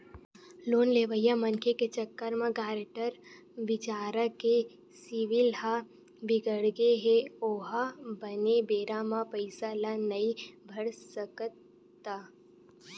loan लेवइया मनखे के चक्कर म गारेंटर बिचारा के सिविल ह बिगड़गे हे ओहा बने बेरा म पइसा ल नइ भर सकिस त